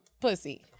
pussy